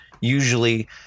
Usually